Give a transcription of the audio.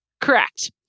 Correct